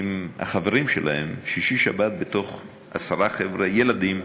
עם החברים שלהם, שישי-שבת, עשרה חבר'ה, ילדים,